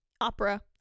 opera